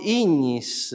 ignis